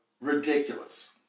ridiculous